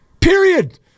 Period